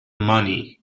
money